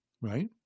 right